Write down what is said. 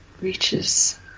reaches